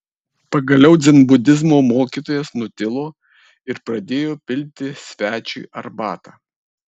pagaliau dzenbudizmo mokytojas nutilo ir pradėjo pilti svečiui arbatą